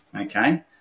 okay